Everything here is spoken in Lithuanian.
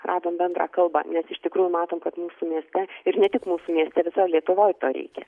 radom bendrą kalbą nes iš tikrųjų matom kad mūsų mieste ir ne tik mūsų mieste visoj lietuvoj to reikia